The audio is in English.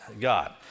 God